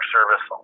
Service